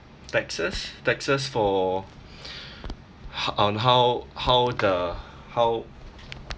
texas texas for ho~ on how how the how